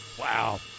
Wow